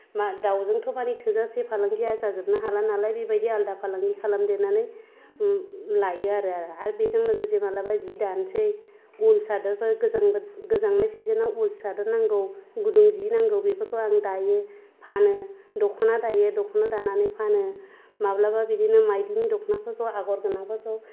मा दाउजोंथ' मारै थोजासे फालांगिया जानो हाला नालाय बेबायदि आलादा फालांगि खालामदेरनानै लायो आरो आं आरो बेजों लोगोसे मालाबा जि दानोसै उल सादोरफोर गोजां बोथोर गोजांनाय सिजोनाव उल सादर नांगौ गुदुं जि नांगौ बेफोरखौ आं दायो फानो दख'ना दायो दख'ना दानानै फानो माब्लाबा बिदिनो मायदिनि दख'नाफोरखौ आगर गोनांफोरखौ